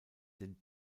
den